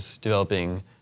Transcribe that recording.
developing